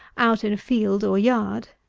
out in a field or yard,